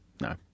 no